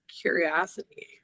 curiosity